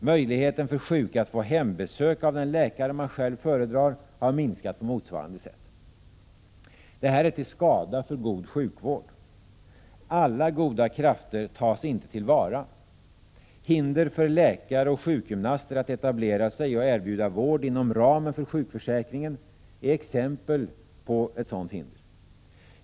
Möjligheten för sjuka att få hembesök av den läkare de själva föredrar har minskat på motsvarande sätt. Det här är till skada för god sjukvård. Alla goda krafter tas inte till vara. Hinder för läkare och sjukgymnaster att etablera sig och erbjuda vård inom ramen för sjukförsäkringen är ett exempel på ett sådant hinder.